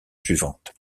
suivante